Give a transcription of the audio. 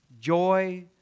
joy